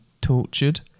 tortured